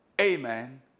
Amen